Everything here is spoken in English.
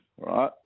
right